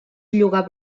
llogar